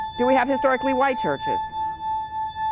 do we have historically white churches